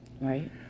Right